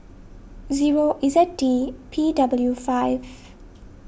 zero Z D P W five